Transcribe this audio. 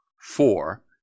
four